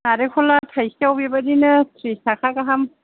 नारेंखलआ थाइसेयाव बेबायदिनो थ्रिस थाखा गाहाम